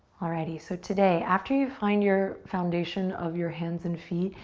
alrighty, so today, after you find your foundation of your hands and feet,